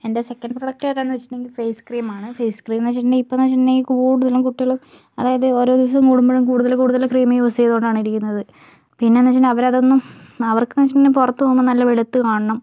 എൻ്റെ second product ഏതാണെന്നുവെച്ചിട്ടുണ്ടെങ്കിൽ face ക്രീമാണ് ഫേസ് ക്രീമെന്നു വെച്ചിട്ടുണ്ടെങ്കിൽ ഇപ്പോളെന്നുവെച്ചിട്ടുണ്ടെങ്കിൽ കൂടുതലും കുട്ടികൾ അതായത് ഓരോ ദിവസവും കൂടുമ്പോഴും കൂടുതൽ കൂടുതൽ ക്രീം യൂസ് ചെയ്തു കൊണ്ടാണിരിക്കുന്നത് പിന്നെയെന്നു വെച്ചിട്ടുണ്ടെങ്കിൽ അവരതൊന്നും അവർക്കെന്തുന്നുവെച്ചിട്ടുണ്ടെങ്കിൽ പുറത്തു നിന്ന് നല്ല വെളുത്തു കാണണം